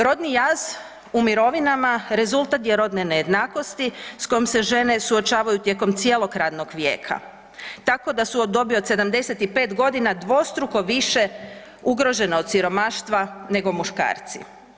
Rodni jaz u mirovinama rezultat je rodne nejednakosti s kojom se žene suočavaju tijekom cijelog radnog vijeka, tako da su u dobi od 75.g. dvostruko više ugrožene od siromaštva nego muškarci.